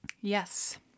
Yes